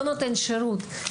לא נותן שירות.